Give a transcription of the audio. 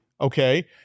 okay